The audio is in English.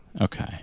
Okay